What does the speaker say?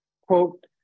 Quote